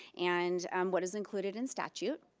and what is included in statute,